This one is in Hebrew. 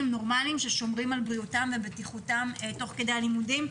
ונורמליים ששומרים על בריאותם ובטיחותם תוך כדי הלימודים.